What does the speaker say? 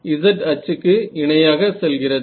z அச்சுக்கு இணையாக சொல்கிறது